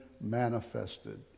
manifested